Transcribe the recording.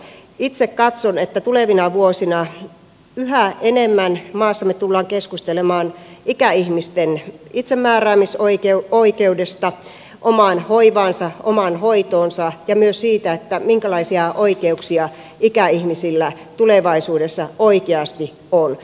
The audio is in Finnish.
itse katson että tulevina vuosina yhä enemmän maassamme tullaan keskustelemaan ikäihmisten itsemääräämisoikeudesta omaan hoivaansa omaan hoitoonsa ja myös siitä minkälaisia oikeuksia ikäihmisillä tulevaisuudessa oikeasti on